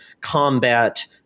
combat